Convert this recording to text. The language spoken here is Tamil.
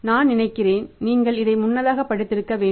நான் நினைக்கிறேன் நீங்கள் இதை முன்னதாக படித்திருக்க வேண்டும்